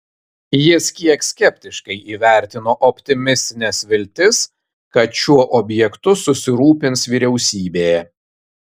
jis kiek skeptiškai įvertino optimistines viltis kad šiuo objektu susirūpins vyriausybė